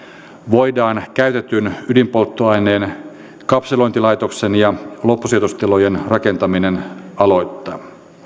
voidaan käytetyn ydinpolttoaineen kapselointilaitoksen ja loppusijoitustilojen rakentaminen aloittaa